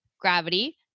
Gravity